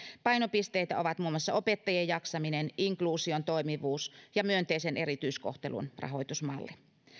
painopisteitä ovat muun muassa opettajien jaksaminen inkluusion toimivuus ja myönteisen erityiskohtelun rahoitusmalli